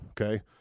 okay